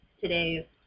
today